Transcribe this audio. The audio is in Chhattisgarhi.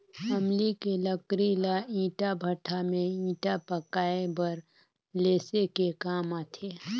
अमली के लकरी ल ईटा भट्ठा में ईटा पकाये बर लेसे के काम आथे